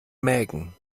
mägen